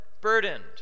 burdened